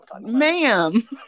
ma'am